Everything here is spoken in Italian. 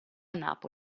napoli